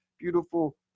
beautiful